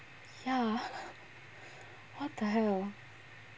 ya what the hell